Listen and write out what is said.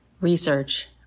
research